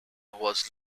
was